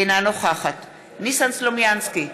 אינה נוכחת ניסן סלומינסקי,